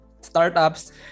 startups